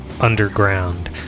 underground